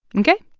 ok?